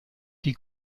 die